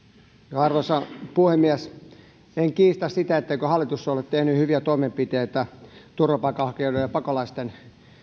arvoisa puhemies en kiistä sitä etteikö hallitus ole tehnyt hyviä toimenpiteitä turvapaikanhakijoiden ja pakolaisten